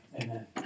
amen